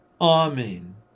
Amen